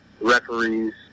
referees